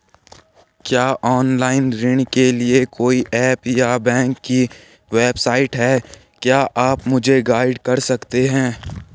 क्या ऑनलाइन ऋण के लिए कोई ऐप या बैंक की वेबसाइट है क्या आप मुझे गाइड कर सकते हैं?